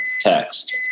text